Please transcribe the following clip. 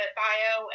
bio